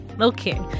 Okay